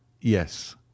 Yes